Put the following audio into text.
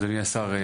אדוני השר,